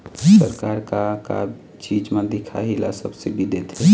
सरकार का का चीज म दिखाही ला सब्सिडी देथे?